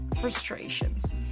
frustrations